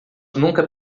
nunca